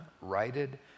righted